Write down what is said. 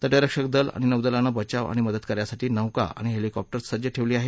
तटरक्षक दल आणि नौदलानं बचाव आणि मदतकार्यासाठी नौका आणि हेलिकॉप्टर्स सज्ज ठेवली आहेत